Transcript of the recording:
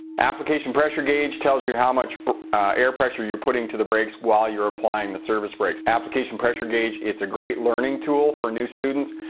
application pressure gauge tells you how much air pressure you're putting to the brakes while you're applying the service brake. application pressure gauge it's a great learning tool for new students,